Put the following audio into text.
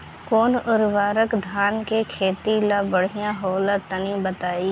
कौन उर्वरक धान के खेती ला बढ़िया होला तनी बताई?